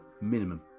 minimum